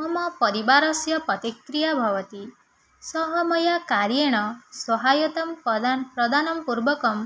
मम परिवारस्य प्रतिक्रिया भवति सः मया कार्येण सहायतां प्रदानपूर्वकम्